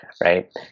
right